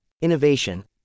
Innovation